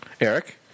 Eric